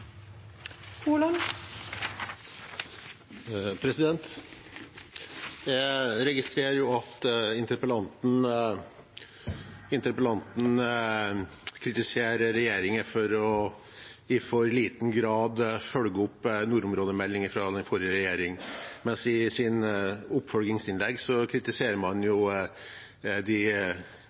Jeg registrerer at interpellanten kritiserer regjeringen for i for liten grad å følge opp nordområdemeldingen fra den forrige regjeringen, mens man i sine oppfølgingsinnlegg kritiserer de ambisjonene Senterpartiet har, og de